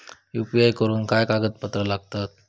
UPI करुक काय कागदपत्रा लागतत?